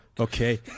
Okay